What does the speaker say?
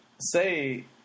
say